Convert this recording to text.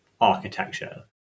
architecture